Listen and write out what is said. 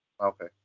Okay